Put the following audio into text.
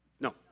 No